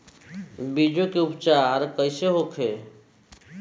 बीजो उपचार कईसे होखे?